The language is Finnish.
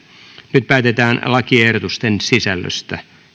nyt päätetään lakiehdotusten sisällöstä